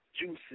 juices